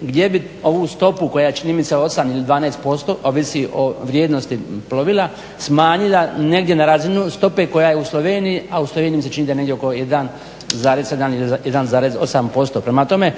gdje bi ovu stopu koja je čini mi se 8 ili 12% ovisi o vrijednosti plovila smanjila negdje na razinu stope koja je u Sloveniji, a u Sloveniji je mi se čini da je oko 1,7 ili 1,8%.